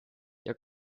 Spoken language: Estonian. ning